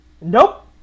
Nope